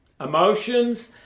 emotions